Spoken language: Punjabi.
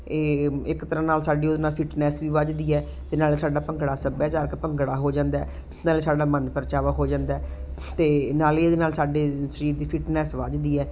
ਇਹ ਇੱਕ ਤਰ੍ਹਾਂ ਨਾਲ ਸਾਡੀ ਉਹਦੇ ਨਾਲ ਫਿੱਟਨੈੱਸ ਵੀ ਵਧਦੀ ਹੈ ਅਤੇ ਨਾਲੇ ਸਾਡਾ ਭੰਗੜਾ ਸੱਭਿਆਚਾਰਕ ਭੰਗੜਾ ਹੋ ਜਾਂਦਾ ਹੈ ਨਾਲੇ ਸਾਡਾ ਮਨ ਪਰਚਾਵਾ ਹੋ ਜਾਂਦਾ ਹੈ ਅਤੇ ਨਾਲ ਇਹਦੇ ਨਾਲ ਸਾਡੇ ਸਰੀਰ ਦੀ ਫਿੱਟਨੈੱਸ ਵਧਦੀ ਹੈ